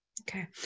Okay